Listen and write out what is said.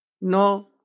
no